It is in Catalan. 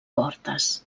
fortes